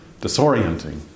disorienting